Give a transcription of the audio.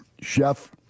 chef